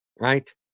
Right